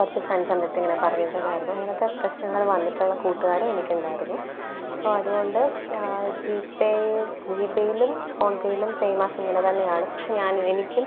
കു റച്ച് ഫ്രണ്ട്സ് എൻ്റെ അടുത്ത് ഇങ്ങനെ പറഞ്ഞിട്ടുണ്ടായിരുന്നു ഇങ്ങനത്തെ പ്രശ്നങ്ങൾ വന്നിട്ടുള്ള കൂട്ടുകാരും എനിക്കുണ്ടായിരുന്നു സൊ അതുകൊണ്ട് ജീപേ ജീപേയിലും ഫോൺ പേയ്ലും സെയിം ആസ് ഇതുതന്നെയാണ് പക്ഷെ ഞാൻ എനിക്കും